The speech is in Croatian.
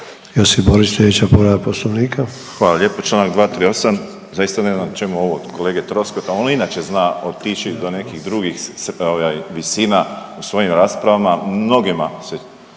Josip Borić slijedeća povreda poslovnika. **Borić, Josip (HDZ)** Hvala lijepo. Čl. 238., zaista ne znam čemu ovo od kolege Troskota, on inače zna otići do nekih drugih ovaj visina u svojim raspravama, mnogima se